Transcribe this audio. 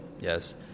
Yes